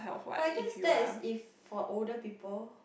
but I guess that is if for older people